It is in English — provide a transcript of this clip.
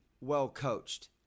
well-coached